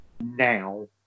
Now